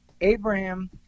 Abraham